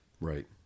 Right